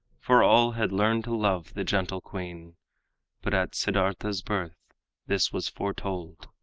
for all had learned to love the gentle queen but at siddartha's birth this was foretold.